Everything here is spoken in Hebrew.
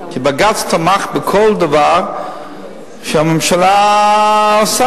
כי בג"ץ תמך בכל דבר שהממשלה עושה.